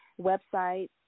Website